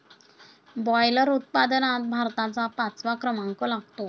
boiler उत्पादनात भारताचा पाचवा क्रमांक लागतो